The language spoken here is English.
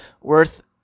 worth